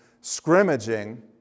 scrimmaging